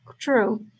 true